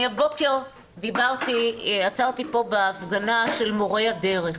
אני הבוקר עצרתי פה בהפגנה של מורי הדרך,